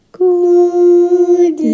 good